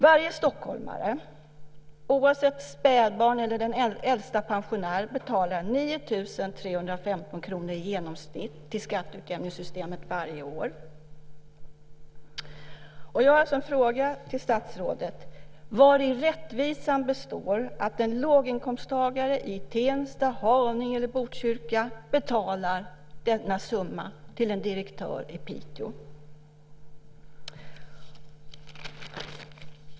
Varje stockholmare, från spädbarn till den äldsta pensionär, betalar i genomsnitt 9 315 kr till skatteutjämningssystemet varje år. Jag vill fråga statsrådet vari rättvisan består i att en låginkomsttagare i Tensta, Haninge eller Botkyrka betalar denna summa till en direktör i Piteå.